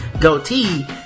goatee